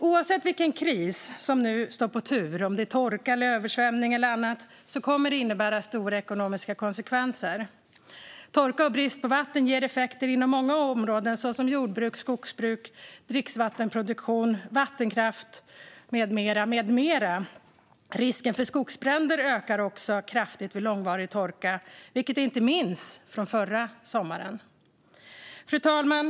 Oavsett vilken kris som nu står på tur - om det är torka, översvämning eller annat - kommer det att innebära stora ekonomiska konsekvenser. Torka och brist på vatten ger effekter inom många områden såsom jordbruk, skogsbruk, dricksvattenproduktion, vattenkraft med mera. Risken för skogsbränder ökar också kraftigt vid långvarig torka, vilket vi minns från förra sommaren. Fru talman!